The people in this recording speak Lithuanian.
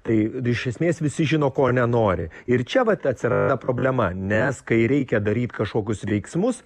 tai iš esmės visi žino ko nenori ir čia vat atsiranda problema nes kai reikia daryt kažkokius veiksmus